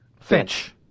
Finch